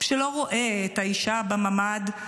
שלא רואה את האישה בממ"ד,